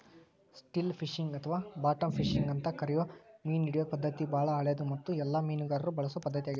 still fishing ಅಥವಾ bottom fishing ಅಂತ ಕರಿಯೋ ಮೇನಹಿಡಿಯೋ ಪದ್ಧತಿ ಬಾಳ ಹಳೆದು ಮತ್ತು ಎಲ್ಲ ಮೇನುಗಾರರು ಬಳಸೊ ಪದ್ಧತಿ ಆಗೇತಿ